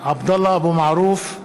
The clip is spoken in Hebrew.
(קורא בשמות חברי הכנסת) עבדאללה אבו מערוף,